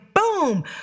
boom